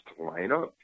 lineup